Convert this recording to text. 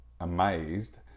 amazed